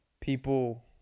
people